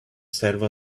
serve